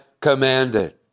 commanded